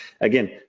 Again